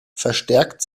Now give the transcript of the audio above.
verstärkt